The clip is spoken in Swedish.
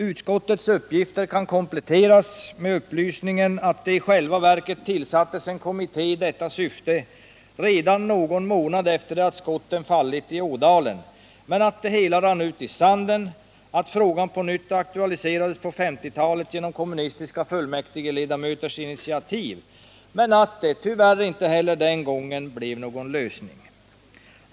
Utskottets uppgifter kan kompletteras med upplysningen, att det i själva verket tillsattes en kommitté i detta syfte redan någon månad efter det att skotten fallit i Ådalen, men att det hela rann ut i sanden, att frågan på nytt aktualiserades på 1950-talet genom kommunistiska fullmäktigeledamöters initiativ, men att det inte heller den gången blev någon lösning.